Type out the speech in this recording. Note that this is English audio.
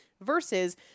versus